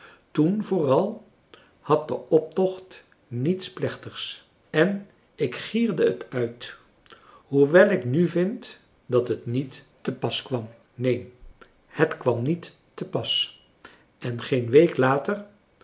toen vooral had de optocht niets plechtigs en ik gierde het uit hoewel ik nu vind dat het niet te pas kwam neen het kwam niet te pas en geen week later